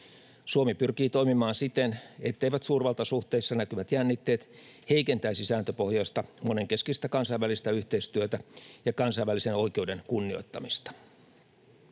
Suomi pyrkii toimimaan siten, etteivät suurvaltasuhteissa näkyvät jännitteet heikentäisi sääntöpohjaista monenkeskistä kansainvälistä yhteistyötä ja kansainvälisen oikeuden kunnioittamista.